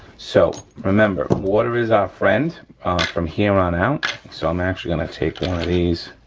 so remember, water is our friend from here on out. so i'm actually gonna take one of these,